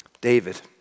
David